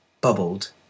bubbled